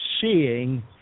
seeing